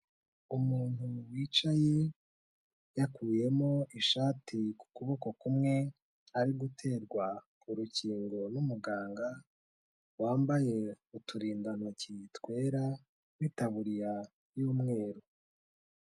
Umuntu wicaye yakuyemo ishati ku kuboko kumwe, ari guterwa urukingo n'umuganga wambaye uturindantoki twera n'itaburiya y'umweru.